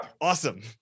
awesome